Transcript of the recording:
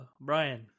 Brian